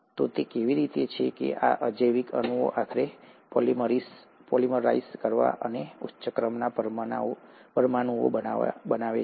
તો તે કેવી રીતે છે કે આ અજૈવિક અણુઓ આખરે પોલિમરાઇઝ કરવા અને ઉચ્ચ ક્રમના પરમાણુઓ બનાવે છે